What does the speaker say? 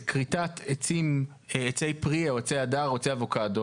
לכריתת עצי פרי או עצי הדר או עצי אבוקדו,